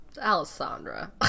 Alessandra